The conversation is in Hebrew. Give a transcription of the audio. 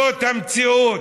זאת המציאות.